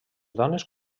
dones